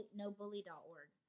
nobully.org